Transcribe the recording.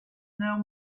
know